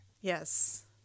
Yes